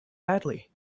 badly